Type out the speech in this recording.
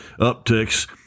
upticks